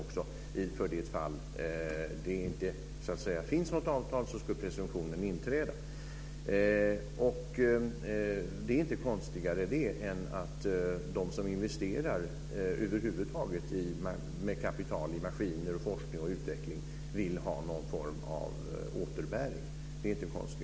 Om det inte finns något avtal skulle presumtionen inträda. Det är inte konstigare än att de som investerar kapital i maskiner, forskning och utveckling vill ha någon form av återbäring.